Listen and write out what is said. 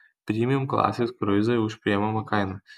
premium klasės kruizai už prieinamą kainą